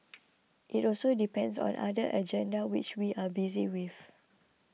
it also depends on other agenda which we are busy with